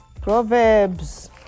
Proverbs